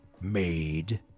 made